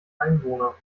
einwohner